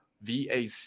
VAC